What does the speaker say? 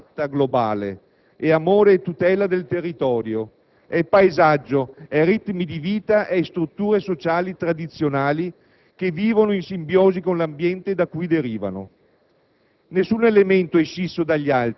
ma l'ambiente non è un'entità astratta, globale, è amore e tutela del territorio, paesaggio, ritmi di vita, strutture sociali e tradizionali che vivono in simbiosi con l'ambiente da cui derivano.